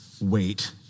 wait